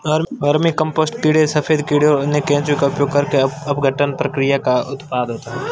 vermicompost कीड़े सफेद कीड़े और अन्य केंचुए का उपयोग करके अपघटन प्रक्रिया का उत्पाद है